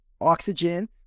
oxygen